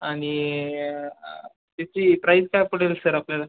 आणि त्याची प्राईस काय पडेल सर आपल्याला